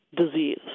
disease